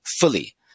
fully